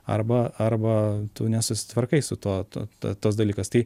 arba arba tu nesusitvarkai su tuo tuo tas dalykas tai